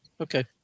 okay